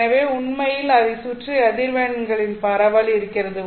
எனவே உண்மையில் அதைச் சுற்றி அதிர்வெண்களின் பரவல் இருக்கிறது